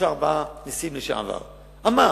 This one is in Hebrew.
שלושה-ארבעה נשיאים, אמר: